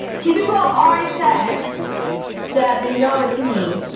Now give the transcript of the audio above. two people have already said that they know it's me. and